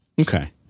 Okay